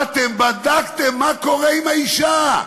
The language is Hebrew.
באתם ובדקתם מה קורה עם האישה: